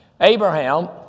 Abraham